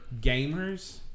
gamers